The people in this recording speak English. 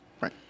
Right